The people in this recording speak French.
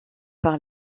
par